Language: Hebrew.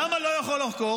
למה לא יכול לחקור?